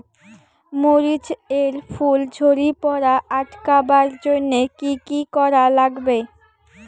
মরিচ এর ফুল ঝড়ি পড়া আটকাবার জইন্যে কি কি করা লাগবে?